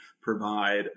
provide